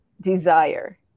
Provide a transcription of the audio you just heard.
desire